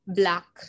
black